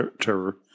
Terror